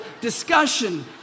discussion